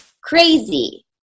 crazy